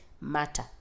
matter